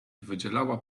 wydziela